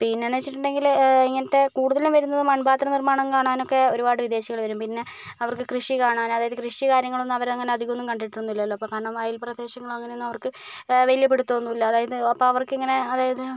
പിന്നെയെന്ന് വെച്ചിട്ടുണ്ടെങ്കിൽ ഇങ്ങനത്തെ കൂടുതലും വരുന്നത് മൺപാത്ര നിർമ്മാണം കാണാനൊക്കെ ഒരുപാട് വിദേശികൾ വരും പിന്നെ അവർക്ക് കൃഷി കാണാൻ അതായത് കൃഷി കാര്യങ്ങൾ ഒന്നും അവർ അങ്ങനെ അധികം ഒന്നും കണ്ടിട്ടൊന്നും ഇല്ലല്ലോ കാരണം വയൽ പ്രദേശങ്ങൾ അങ്ങനെ ഒന്നും അവർക്ക് വലിയ പിടിത്തം ഒന്നും ഇല്ല അതായത് അവർക്ക് ഇങ്ങനെ അതായത്